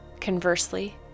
Conversely